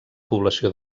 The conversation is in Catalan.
població